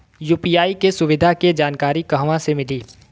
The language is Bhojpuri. यू.पी.आई के सुविधा के जानकारी कहवा से मिली?